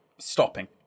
Stopping